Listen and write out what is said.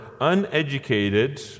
uneducated